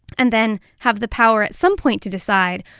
and then have the power at some point to decide,